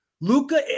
Luca